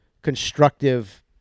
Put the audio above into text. constructive